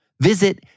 Visit